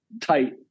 tight